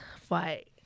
fight